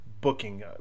booking